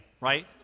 right